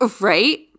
Right